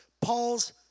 Paul's